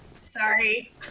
Sorry